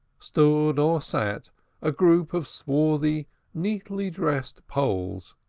stood or sat a group of swarthy, neatly-dressed poles,